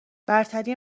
برتری